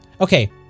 Okay